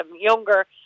younger